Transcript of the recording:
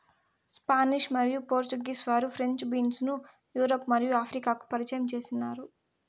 Spanish మరియు Portuguese వారు French beans ను యూరప్ మరియు ఆఫ్రికాకు పరిచయం చేసినారు